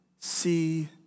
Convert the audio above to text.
see